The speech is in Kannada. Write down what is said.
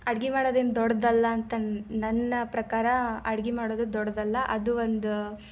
ಅಡ್ಗೆ ಮಾಡೊದೇನೂ ದೊಡ್ಡದಲ್ಲ ಅಂತ ನನ್ನ ಪ್ರಕಾರ ಅಡ್ಗೆ ಮಾಡೋದು ದೊಡ್ಡದಲ್ಲ ಅದು ಒಂದು